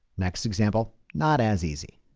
next example, not as easy.